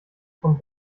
vom